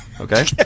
Okay